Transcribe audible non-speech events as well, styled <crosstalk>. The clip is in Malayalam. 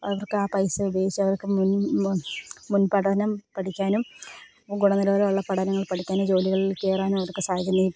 അവർക്ക് ആ പൈസ ഉപയോഗിച്ച് അവർക്ക് മുൻപഠനം പഠിക്കാനും ഗുണനിലവാരവുള്ള പഠനങ്ങൾ പഠിക്കാനും ജോലികളിൽ കയറാനും അവർക്ക് <unintelligible>